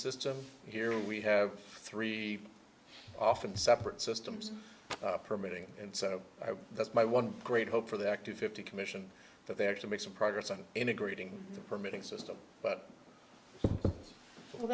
system here we have three often separate systems permitting and so that's my one great hope for the active fifty commission that they actually make some progress on integrating the permitting system but